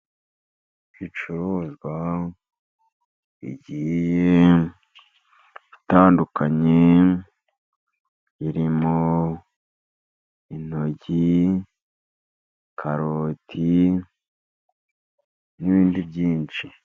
Ibicuruzwa bigiye bitandukanye, birimo intoryi, karoti, n'ibindi byinshi.